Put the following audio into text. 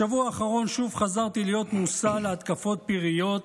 בשבוע האחרון שוב חזרתי להיות מושא להתקפות פראיות,